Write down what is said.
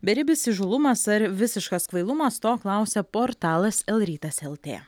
beribis įžūlumas ar visiškas kvailumas to klausia portalas lrytas lt